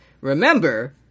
remember